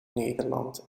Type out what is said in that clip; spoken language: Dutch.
nederland